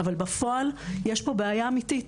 אבל בפועל יש פה בעיה אמיתית.